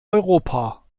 europa